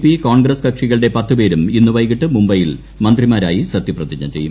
P Congress കക്ഷികളുടെ പത്ത് പേരും ഇന്ന് വൈകിട്ട് മുംബൈയിൽ മന്ത്രിമാരായി സത്യപ്രതിജ്ഞ ചെയ്യും